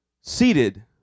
seated